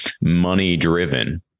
money-driven